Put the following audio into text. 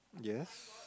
yes